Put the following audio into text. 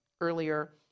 earlier